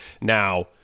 Now